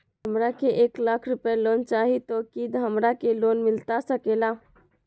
हमरा के एक लाख रुपए लोन चाही तो की हमरा के लोन मिलता सकेला?